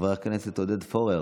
חבר הכנסת עודד פורר,